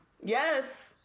Yes